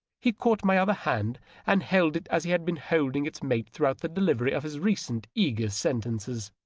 he caught my other hand and held it as he had been holding its mate throughout the delivery of his recent eager sentences.